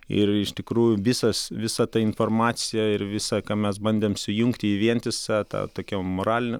ir iš tikrųjų visas visa ta informacija ir visa ką mes bandėm sujungti į vientisą ta tokia moralinė